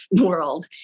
world